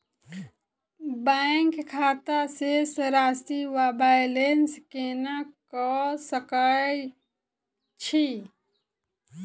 Bank खाता शेष राशि वा बैलेंस केना कऽ सकय छी?